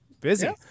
Busy